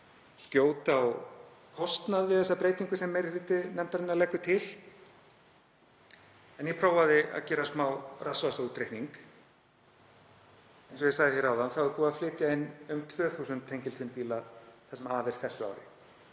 að skjóta á kostnað við þessa breytingu sem meiri hluti nefndarinnar leggur til. En ég prófaði að gera smá rassvasaútreikning. Eins og ég sagði áðan er búið að flytja inn um 2.000 tengiltvinnbíla það sem af er þessu ári.